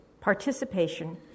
participation